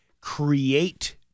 create